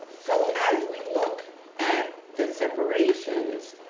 so as we look at the separations,